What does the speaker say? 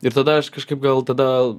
ir tada aš kažkaip gal tada